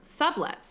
sublets